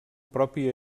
propi